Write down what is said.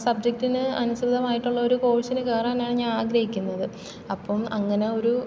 സബ്ജെറ്റിന് അനുസൃതമായിട്ടുള്ള കോഴ്സിന് കയറാനാണ് ഞാൻ ആഗ്രഹിക്കുന്നത് അപ്പം അങ്ങനെ ഒരു